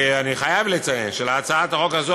אני חייב לציין שלהצעת החוק הזאת,